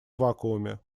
вакууме